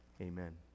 amen